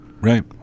right